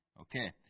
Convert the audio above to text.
Okay